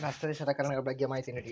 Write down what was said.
Nursery ಸಲಕರಣೆಗಳ ಬಗ್ಗೆ ಮಾಹಿತಿ ನೇಡಿ?